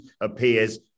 appears